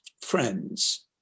friends